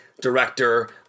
director